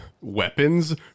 weapons